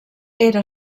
era